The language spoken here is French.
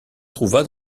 trouva